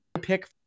pick